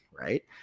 Right